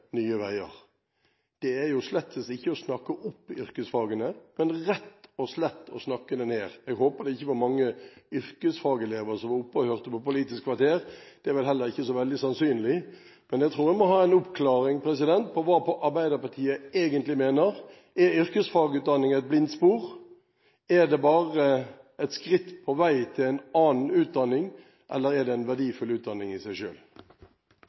nye veier. Det er slett ikke å snakke opp yrkesfagene, men rett og slett å snakke dem ned. Jeg håper det ikke var mange yrkesfagelever som var oppe og hørte på Politisk kvarter – det er vel heller ikke så veldig sannsynlig – men jeg tror jeg må ha en oppklaring på hva Arbeiderpartiet egentlig mener. Er yrkesfagutdanning et blindspor? Er det bare et skritt på vei til en annen utdanning, eller er det en verdifull utdanning i seg